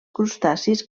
crustacis